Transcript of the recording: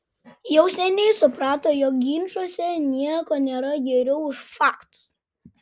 jau seniai suprato jog ginčuose nieko nėra geriau už faktus